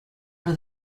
are